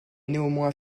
néanmoins